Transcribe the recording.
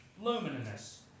luminous